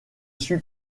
suis